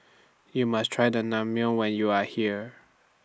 YOU must Try The Naengmyeon when YOU Are here